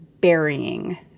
burying